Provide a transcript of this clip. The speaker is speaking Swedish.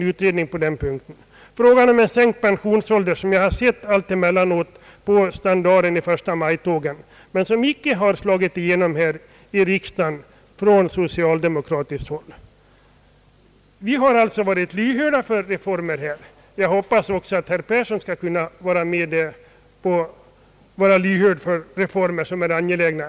Kravet på sänkt pensionsålder har jag allt emellanåt sett på standaren i förstamajtågen, men det har icke slagit igenom på socialdemokratiskt håll här i riksdagen. Vi har alla varit lyhörda för reformer. Jag hoppas att också herr Persson skall vara lyhörd för reformer som är angelägna.